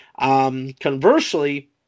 Conversely